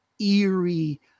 eerie